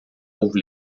ouvre